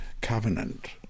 covenant